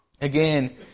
Again